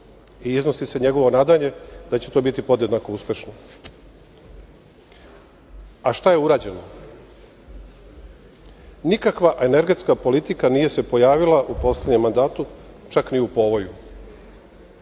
i iznosi se njegovo nadanje da će to biti podjednako uspešno. Šta je urađeno? Nikakva energetska politika nije se pojavila u poslednjem mandatu, čak ni u povoju,